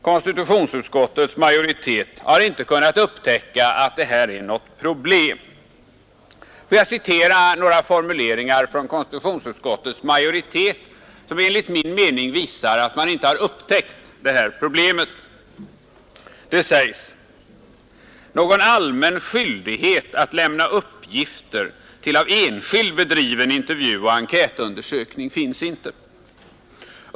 Konstitutionsutskottets majoritet har inte kunnat upptäcka att detta är något problem. Låt mig citera några formuleringar i utskottsbetänkandet, som enligt min mening visar att utskottsmajoriteten inte har upptäckt problemet. Det sägs: ”Någon allmän skyldighet att lämna uppgifter till av enskild bedriven intervjuoch enkätundersökning finns inte.